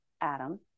Adam